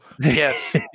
Yes